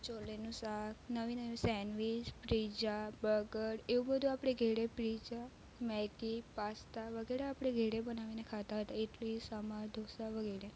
છોલેનું શાક નવી નવી સેન્ડવીચ પીઝા બર્ગર એવું બધું આપણે ઘેરે પીઝા મેગી પાસ્તા વગેરે આપણે ઘરે બનાવીને ખાતા હતા ઇડલી સંભાર ઢોસા વગેરે